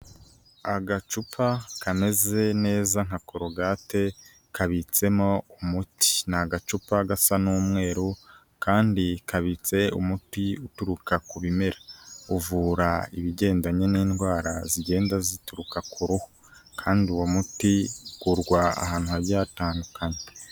Agacupa kameze neza nka korogate, kabitsemo umuti. Ni agacupa gasa n'umweru kandi kabitse umuti uturuka ku bimera. Uvura ibigendanye n'indwara zigenda zituruka ku ruhu. Kandi uwo muti ukurwa ahantu hagiye hatandukanye.